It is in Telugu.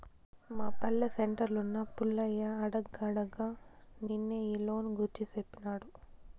మా పల్లె సెంటర్లున్న పుల్లయ్య అడగ్గా అడగ్గా నిన్నే ఈ లోను గూర్చి సేప్పినాడు